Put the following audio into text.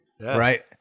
right